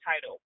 title